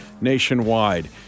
nationwide